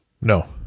No